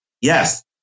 Yes